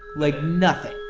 like nothing.